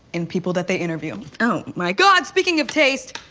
in people that they interview. oh my god, speaking of taste,